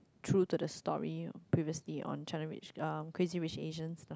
through to the story previously on China Rich um Crazy-Rich-Asians lah